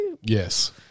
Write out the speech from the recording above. Yes